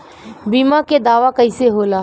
बीमा के दावा कईसे होला?